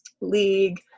league